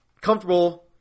comfortable